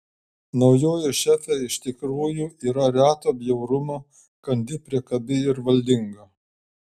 naujoji šefė iš tikrųjų yra reto bjaurumo kandi priekabi valdinga